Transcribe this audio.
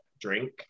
drink